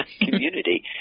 community